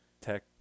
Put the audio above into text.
tech